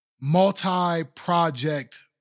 multi-project